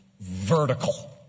vertical